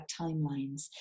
timelines